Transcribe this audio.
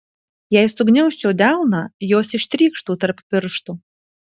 jei sugniaužčiau delną jos ištrykštų tarp pirštų